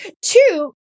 Two